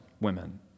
women